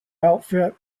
outfit